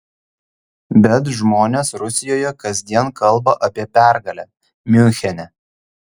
bet žmonės rusijoje kasdien kalba apie pergalę miunchene